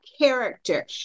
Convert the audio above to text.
character